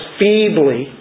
feebly